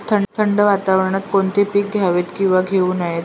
थंड वातावरणात कोणती पिके घ्यावीत? किंवा घेऊ नयेत?